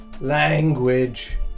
Language